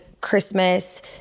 Christmas